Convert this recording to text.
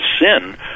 sin